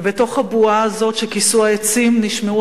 ובתוך הבועה הזאת שכיסו העצים נשמעו